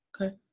Okay